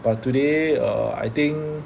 but today err I think